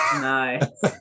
nice